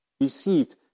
received